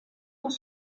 das